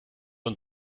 und